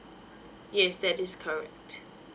yes that is correct